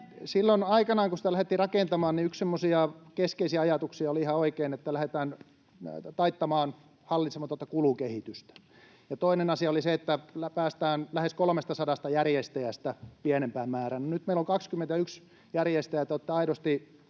Silloin aikanaan, kun sitä lähdettiin rakentamaan, yksi semmoisia keskeisiä ajatuksia oli ihan oikein, että lähdetään taittamaan hallitsematonta kulukehitystä. Toinen asia oli se, että päästään lähes 300 järjestäjästä pienempään määrään. Nyt meillä on 21 järjestäjää, ja te